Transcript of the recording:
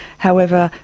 however,